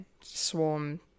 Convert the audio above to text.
swarm